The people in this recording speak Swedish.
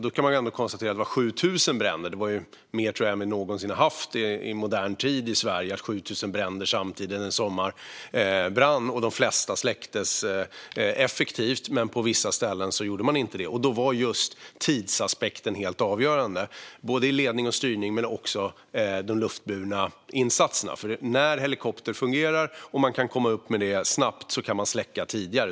Vi kan konstatera att det var 7 000 bränder samtidigt i somras, vilket jag tror är mer än vi haft någonsin tidigare i modern tid. De flesta släcktes effektivt, men på vissa ställen skedde inte det. Då var just tidsaspekten helt avgörande, både i ledning och styrning och när det gällde de luftburna insatserna. När helikopterarbetet fungerar och kan komma igång snabbt kan man släcka tidigare.